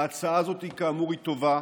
ההצעה הזאת, כאמור, היא טובה.